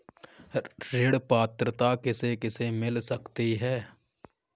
ऋण पात्रता किसे किसे मिल सकती है?